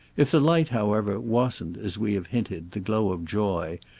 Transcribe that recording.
if the light however wasn't, as we have hinted, the glow of joy,